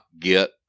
get